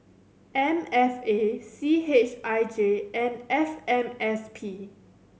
M F A C H I J and F M S P